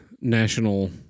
national